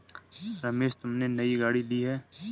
रमेश तुमने नई गाड़ी ली हैं